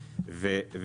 ההייטק.